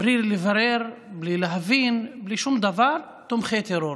בלי לברר, בלי להבין, בלי שום דבר: תומכי טרור.